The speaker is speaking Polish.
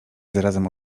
zarazem